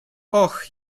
och